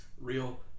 real